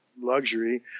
luxury